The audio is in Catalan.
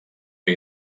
que